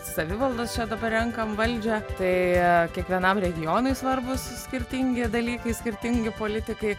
savivaldos čia dabar renkam valdžią tai kiekvienam regionui svarbūs skirtingi dalykai skirtingi politikai